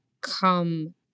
come